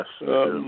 Yes